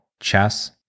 Chess